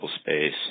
space